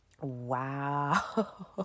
Wow